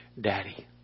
Daddy